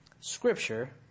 Scripture